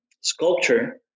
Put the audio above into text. sculpture